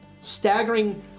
staggering